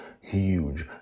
huge